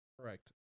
Correct